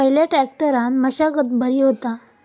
खयल्या ट्रॅक्टरान मशागत बरी होता?